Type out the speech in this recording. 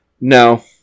no